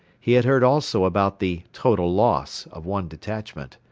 he had heard also about the total loss of one detachment.